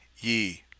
ye